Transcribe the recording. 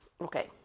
Okay